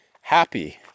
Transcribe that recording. happy